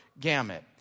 gamut